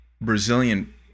Brazilian